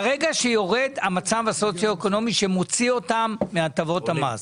ברגע שעולה המדד הסוציו-אקונומי שמוציא אותם מהטבות המס,